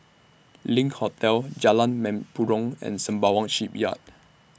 LINK Hotel Jalan Mempurong and Sembawang Shipyard